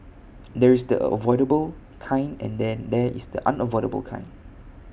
there is the avoidable kind and then there is the unavoidable kind